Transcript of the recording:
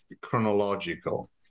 chronological